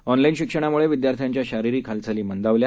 online शिक्षणामुळे विद्यार्थ्यांच्या शारीरिक हालचाली मंदावल्या